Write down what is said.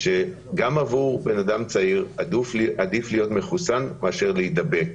שגם עבור בן אדם צעיר עדיף להיות מחוסן מאשר להידבק.